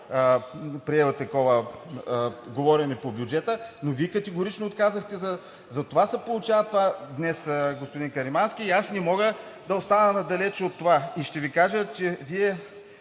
прие такова говорене по бюджета, но Вие категорично отказахте. Затова се получава това днес, господин Каримански. Аз не мога да остана надалеч от това. Вие твърдите, че сте